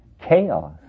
chaos